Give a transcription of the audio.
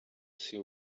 see